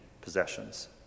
possessions